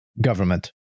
government